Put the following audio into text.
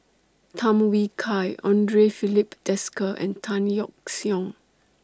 Tham Yui Kai Andre Filipe Desker and Tan Yeok Seong